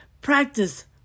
practice